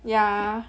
yeah